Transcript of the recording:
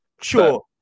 sure